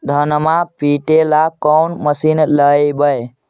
धनमा पिटेला कौन मशीन लैबै?